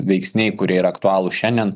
veiksniai kurie yra aktualūs šiandien